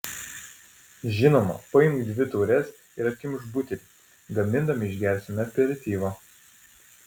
žinoma paimk dvi taures ir atkimšk butelį gamindami išgersime aperityvo